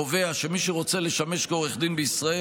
קובע שמי שרוצה לשמש כעורך דין בישראל